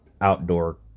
outdoor